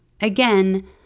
Again